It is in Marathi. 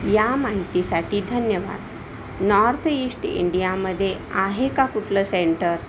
या माहितीसाठी धन्यवाद नॉर्थ ईश्ट इंडियामध्ये आहे का कुठलं सेंटर